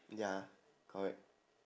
ya correct